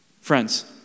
Friends